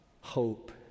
hope